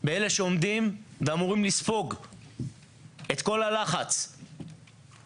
שנוכל לאפשר לה לחיות בכבוד